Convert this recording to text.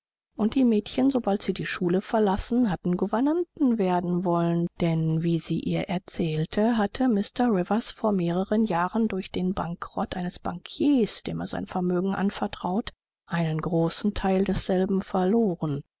und die mädchen sobald sie die schule verlassen hatten gouvernanten werden wollen denn wie sie ihr erzählte hatte mr rivers vor mehreren jahren durch den bankrott eines banquiers dem er sein vermögen anvertraut einen großen teil desselben verloren